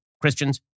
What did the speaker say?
Christians